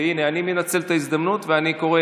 והינה, אני מנצל את ההזדמנות ואני קורא